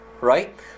Right